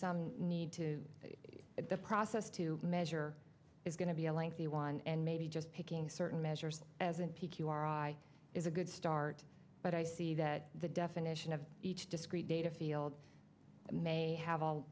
some need to the process to measure is going to be a lengthy one and maybe just taking certain measures as an p q are i is a good start but i see that the definition of each discrete data field may have all